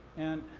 and